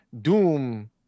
Doom